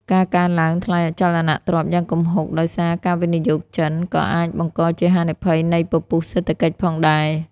ការកើនឡើងថ្លៃអចលនទ្រព្យយ៉ាងគំហុកដោយសារការវិនិយោគចិន ក៏អាចបង្កជាហានិភ័យនៃពពុះសេដ្ឋកិច្ចផងដែរ។